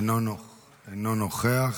אינו נוכח.